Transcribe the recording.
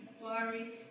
inquiry